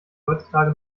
heutzutage